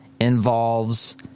involves